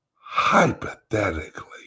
hypothetically